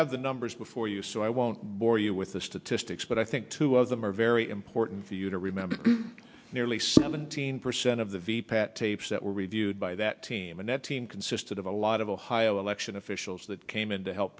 have the numbers before you so i won't bore you with the statistics but i think two of them are very important for you to remember nearly seventeen percent of the v pat tapes that were reviewed by that team and that team consisted of a lot of ohio election officials that came in to help